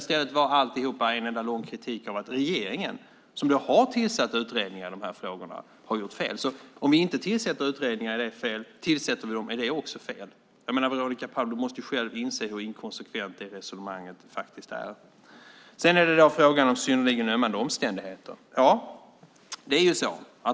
I stället var alltihop en enda lång kritik av att regeringen, som har tillsatt utredningar i frågorna, har gjort fel. Om vi inte tillsätter utredningar är det fel. Om vi tillsätter dem är det också fel. Veronica Palm måste ju själv inse hur inkonsekvent det resonemanget faktiskt är. Sedan har vi frågan om synnerligen ömmande omständigheter.